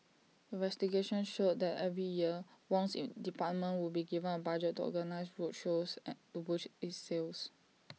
investigation showed that every year Wong's in department would be given A budget to organise road shows and to boost its sales